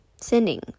sending